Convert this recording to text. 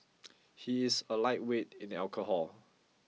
he is a lightweight in alcohol